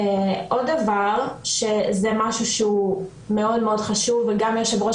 עוד דבר שזה משהו שמאוד חשוב וגם יושב-ראש